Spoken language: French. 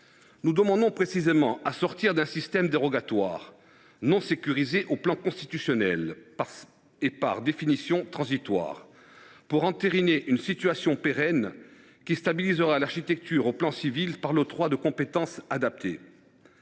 Nous demandons donc à sortir d’un système dérogatoire, non sécurisé constitutionnellement et, par définition, transitoire, au profit d’une situation pérenne qui stabiliserait l’architecture au plan civil, par l’octroi de compétences adaptées.